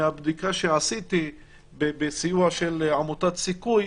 מהבדיקה שעשיתי בסיוע עמותת "סיכוי",